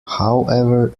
however